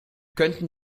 könnten